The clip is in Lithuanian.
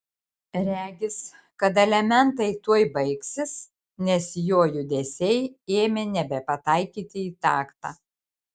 regis kad elementai tuoj baigsis nes jo judesiai ėmė nebepataikyti į taktą